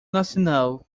nacional